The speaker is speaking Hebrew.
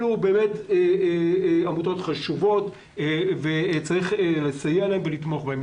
אלה באמת עמותות חשובות וצריך לסייע להן ולתמוך בהן.